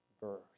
birth